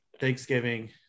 Thanksgiving